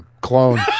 clone